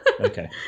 Okay